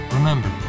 Remember